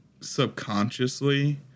subconsciously